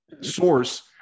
source